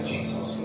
Jesus